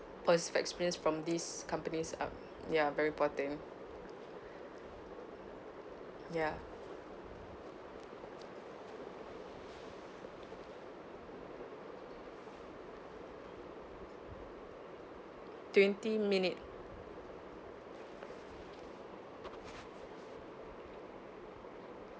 positive experience from these companies are ya very important ya twenty minute